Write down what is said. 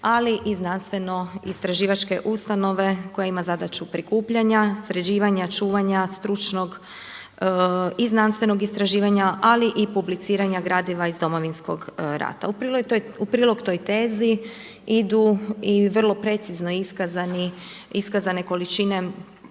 ali i znanstveno istraživačke ustanove koja ima zadaću prikupljanja, sređivanja, čuvanja, stručnog i znanstvenog istraživanja ali i publiciranja gradiva iz Domovinskog rata. U prilog toj tezi idu i vrlo precizno iskazane količine